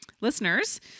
listeners